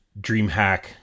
DreamHack